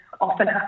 often